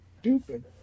stupid